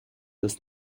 das